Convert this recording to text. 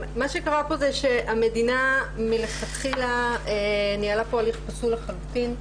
מה שקרה פה זה שהמדינה מלכתחילה ניהלה פה הליך פסול לחלוטין.